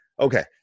Okay